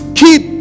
keep